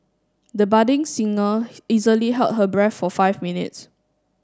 the budding singer easily held her breath for five minutes